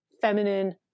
feminine